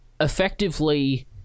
effectively